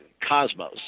cosmos